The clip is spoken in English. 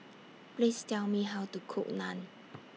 Please Tell Me How to Cook Naan